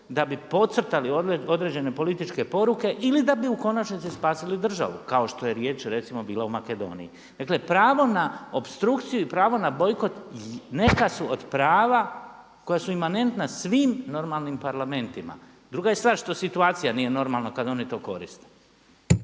da bi podcrtali određene političke poruke ili da bi u konačnici spasili državu kao što je riječ recimo bila u Makedoniji. Dakle, pravo na opstrukciju i pravo na bojkot neka su od prava koja su imanentna svim normalnim parlamentima. Druga je stvar što situacija nije normalna kad oni to koriste.